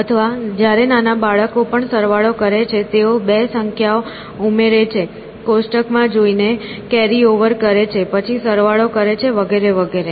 અથવા જ્યારે નાના બાળકો પણ સરવાળો કરે છે તેઓ 2 સંખ્યાઓ ઉમેરે છે કોષ્ટક માં જોઈ ને કેરીઓવર કરે છે પછી સરવાળો કરે છે વગેરે વગેરે